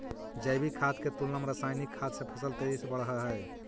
जैविक खाद के तुलना में रासायनिक खाद से फसल तेजी से बढ़ऽ हइ